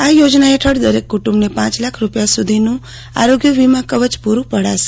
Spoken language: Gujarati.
આ યોજના હેઠળ દરેક કુટુંબને પાંચ લાખ રૂપિયા સુધીનું આરોગ્ય વીમા કવચ પૂરું પડાશે